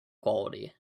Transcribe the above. quality